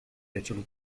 digital